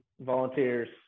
volunteers